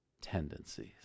tendencies